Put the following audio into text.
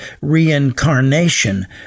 reincarnation